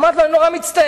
אמרתי לו: אני נורא מצטער.